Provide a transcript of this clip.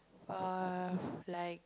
err like